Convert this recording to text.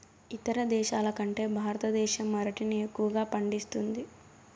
ఇతర దేశాల కంటే భారతదేశం అరటిని ఎక్కువగా పండిస్తుంది